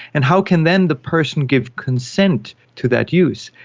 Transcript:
and how can then the person give consent to that use.